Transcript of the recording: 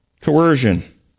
coercion